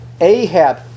Ahab